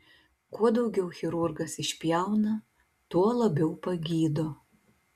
kuo daugiau chirurgas išpjauna tuo labiau pagydo